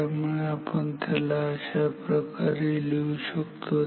त्यामुळे याला आपण अशा प्रकारे लिहू शकतो